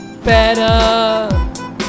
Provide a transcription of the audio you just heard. Better